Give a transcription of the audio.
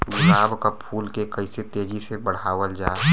गुलाब क फूल के कइसे तेजी से बढ़ावल जा?